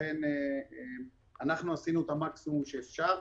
לכן אנחנו עשינו את המקסימום שאפשר.